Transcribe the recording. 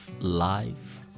life